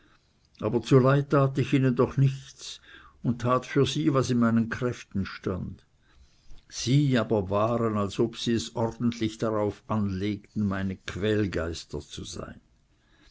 aber zu leid tat ich ihnen doch nichts tat für sie was in meinen kräften stand sie aber waren als ob sie es ordentlich darauf anlegten meine quälgeister zu sein